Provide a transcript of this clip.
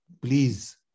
Please